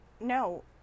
No